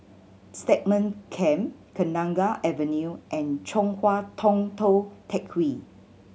Stagmont Camp Kenanga Avenue and Chong Hua Tong Tou Teck Hwee